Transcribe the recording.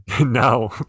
no